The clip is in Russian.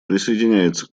присоединяется